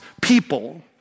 people